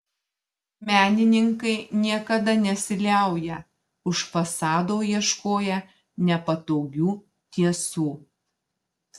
menininkai niekada nesiliauja už fasado ieškoję nepatogių tiesų